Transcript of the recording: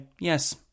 yes